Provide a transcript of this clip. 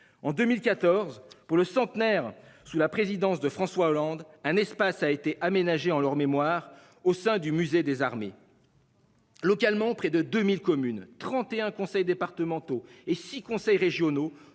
en 2014 pour le centenaire, sous la présidence de François Hollande un espace a été aménagé en leur mémoire au sein du Musée des armées. Localement, près de 2000 communes. 31 conseils départementaux et 6 conseils régionaux